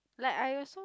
like I also